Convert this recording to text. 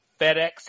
FedEx